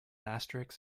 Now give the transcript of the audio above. asterisk